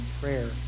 prayer